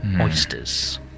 Oysters